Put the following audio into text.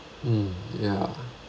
mm ya